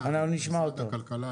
זה די נשמע הזוי.